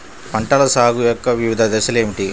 పంటల సాగు యొక్క వివిధ దశలు ఏమిటి?